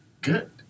good